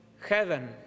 Heaven